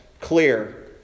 clear